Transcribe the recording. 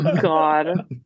God